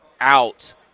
out